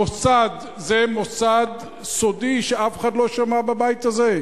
המוסד זה מוסד סודי שאף אחד לא שמע עליו בבית הזה?